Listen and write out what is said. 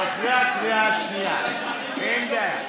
אין בעיה.